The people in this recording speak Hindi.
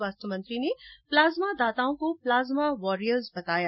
स्वास्थ्य मंत्री ने प्लाज्मा दाताओं को प्लाज्मा वारियर्स बताया